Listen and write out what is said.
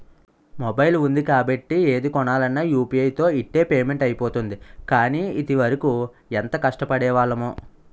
mobile ఉంది కాబట్టి ఏది కొనాలన్నా యూ.పి.ఐ తో ఇట్టే పేమెంట్ అయిపోతోంది కానీ, ఇదివరకు ఎంత కష్టపడేవాళ్లమో